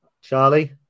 Charlie